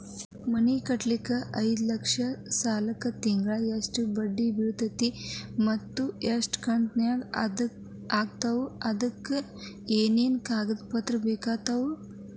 ಮನಿ ಕಟ್ಟಲಿಕ್ಕೆ ಐದ ಲಕ್ಷ ಸಾಲಕ್ಕ ತಿಂಗಳಾ ಎಷ್ಟ ಬಡ್ಡಿ ಬಿಳ್ತೈತಿ ಮತ್ತ ಎಷ್ಟ ಕಂತು ಆಗ್ತಾವ್ ಅದಕ ಏನೇನು ಕಾಗದ ಪತ್ರ ಬೇಕಾಗ್ತವು?